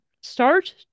start